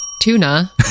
tuna